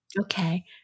Okay